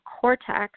cortex